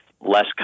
less